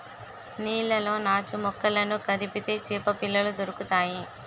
నీళ్లలో నాచుమొక్కలను కదిపితే చేపపిల్లలు దొరుకుతాయి